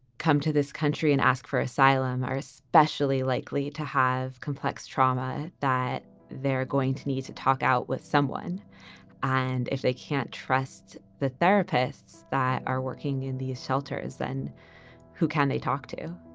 come to this country and ask for asylum. are especially likely to have complex trauma that they're going to need to talk out with someone and if they can't trust the therapists that are working in these shelters, then who can they talk to?